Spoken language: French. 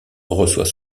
reçoit